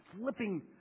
flipping